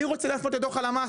אני רוצה להפנות את דוח הלמ"ס,